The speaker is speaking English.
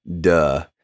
duh